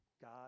God